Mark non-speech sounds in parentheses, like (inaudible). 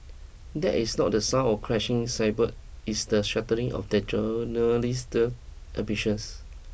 that is not the sound of crashing (unintelligible) it's the shattering of their journalistic ambitions